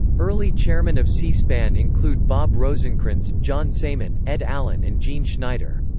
early chairmen of c-span include bob rosencrans, john saeman, ed allen and gene schneider.